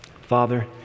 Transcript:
Father